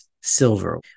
silver